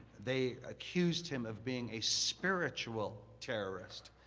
they accused him of being a spiritual terrorist,